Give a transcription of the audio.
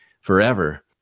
forever